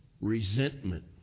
resentment